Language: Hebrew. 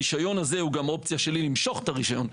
הרישיון הזה הוא גם אופציה שלי למשוך את הרישיון.